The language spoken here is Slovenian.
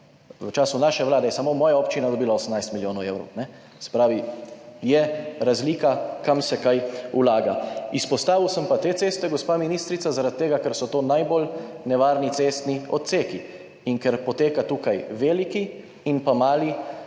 V času naše vlade je samo moja občina dobila 18 milijonov evrov, se pravi je razlika, kam se kaj vlaga. Te ceste, gospa ministrica, pa sem izpostavil zaradi tega, ker so to najbolj nevarni cestni odseki in ker potekata tukaj veliki in mali